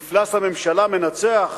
מפלס הממשלה מנצח,